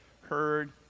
heard